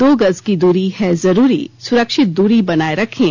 दो गज की दूरी है जरूरी सुरक्षित दूरी बनाए रखें